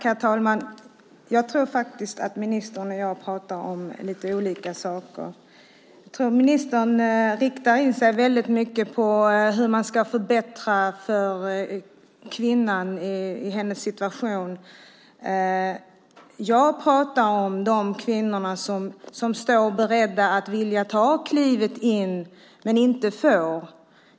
Herr talman! Jag tror att ministern och jag pratar om lite olika saker. Ministern riktar in sig på hur man ska förbättra för kvinnan i hennes situation. Jag pratar om de kvinnor som står beredda att ta klivet in men inte får.